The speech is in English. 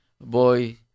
boy